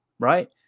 right